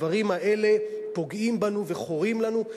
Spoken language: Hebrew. הדברים האלה פוגעים בנו וחורים לנו,